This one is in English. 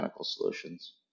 solutions